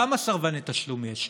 כמה סרבני תשלום יש,